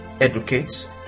educates